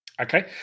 Okay